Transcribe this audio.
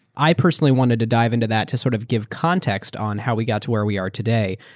i personally wanted to dive into that, to sort of give context on how we got to where we are today.